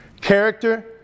character